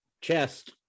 chest